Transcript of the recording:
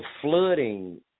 flooding